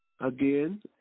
Again